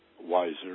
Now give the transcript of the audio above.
wiser